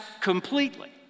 completely